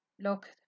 look